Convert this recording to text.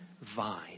vine